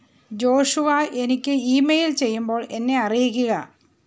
Joshua എനിക്ക് email ചെയ്യുമ്പോൾ എന്നെ അറിയിക്കുക